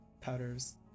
powders